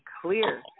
clear